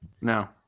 No